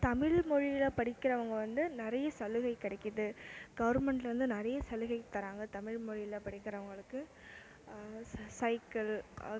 தமிழ் மொழியில் படிக்கிறவங்க வந்து நிறைய சலுகை கிடைக்கிது கவர்மெண்ட்லந்து வந்து நிறைய சலுகை தராங்க தமிழ் மொழியில படிக்கிறவங்களுக்கு சைக்கிள்